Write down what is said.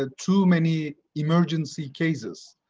ah too many emergency cases,